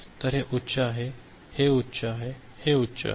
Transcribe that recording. तर हे उच्च आहे हे उच्च आहे हे उच्च आहे